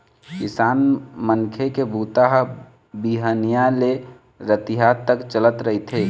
किसान मनखे के बूता ह बिहनिया ले रतिहा तक चलत रहिथे